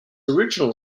original